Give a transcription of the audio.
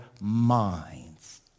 minds